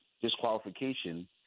disqualification